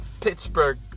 Pittsburgh